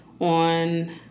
on